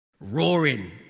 Roaring